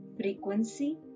frequency